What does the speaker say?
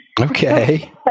Okay